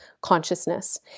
consciousness